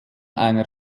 einer